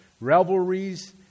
revelries